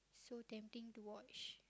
so tempting to watch